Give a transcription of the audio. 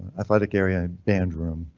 athletic area and band room.